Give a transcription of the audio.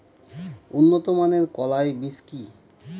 উন্নত মানের কলাই বীজ কি?